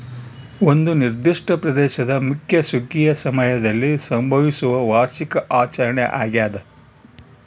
ಒಂದು ನಿರ್ದಿಷ್ಟ ಪ್ರದೇಶದ ಮುಖ್ಯ ಸುಗ್ಗಿಯ ಸಮಯದಲ್ಲಿ ಸಂಭವಿಸುವ ವಾರ್ಷಿಕ ಆಚರಣೆ ಆಗ್ಯಾದ